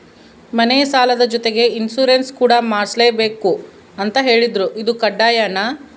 ಮನೆ ಸಾಲದ ಜೊತೆಗೆ ಇನ್ಸುರೆನ್ಸ್ ಕೂಡ ಮಾಡ್ಸಲೇಬೇಕು ಅಂತ ಹೇಳಿದ್ರು ಇದು ಕಡ್ಡಾಯನಾ?